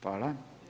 Hvala.